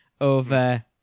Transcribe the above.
over